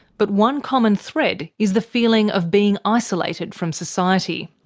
but one common thread is the feeling of being isolated from society.